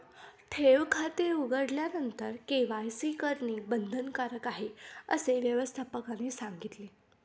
ठेव खाते उघडल्यानंतर के.वाय.सी करणे बंधनकारक आहे, असे व्यवस्थापकाने सांगितले